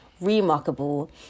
remarkable